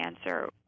answer